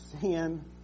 sin